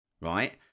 right